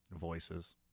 voices